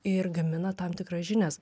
ir gamina tam tikras žinias